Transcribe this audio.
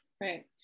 Right